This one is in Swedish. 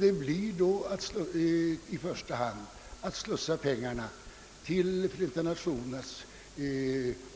Det blir då i första hand att slussa pengarna till Förenta Nationernas